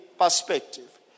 perspective